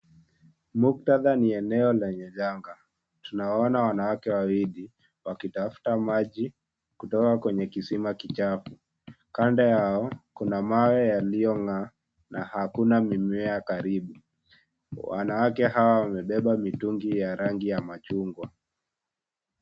Muktadha ni eneo lenye janga. Tunawaona wanawake wawili wakitafuta maji kutoka kwenye kisima kichafu. Kando yao kuna mawe yaliyongaa na hakuna mimea karibu. Wanawake hawa mitungi ya rangi ya machungwa.